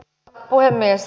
arvoisa puhemies